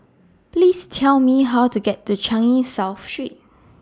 Please Tell Me How to get to Changi South Street